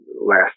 last